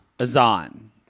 Azan